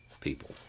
people